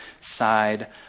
side